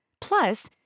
Plus